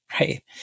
right